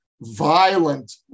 violent